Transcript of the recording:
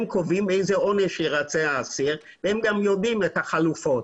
קובעים איזה עונש ירצה האסיר והם גם יודעים את החלופות.